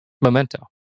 Memento